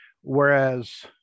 whereas